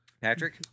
Patrick